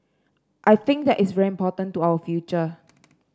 I think that is very important to our future